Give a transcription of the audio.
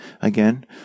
again